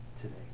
today